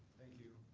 thank you.